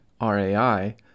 RAI